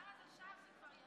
בעד, 51,